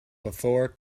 before